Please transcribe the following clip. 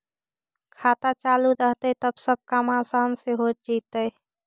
खाता चालु रहतैय तब सब काम आसान से हो जैतैय?